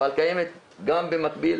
אבל קיימת גם במקביל,